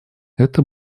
это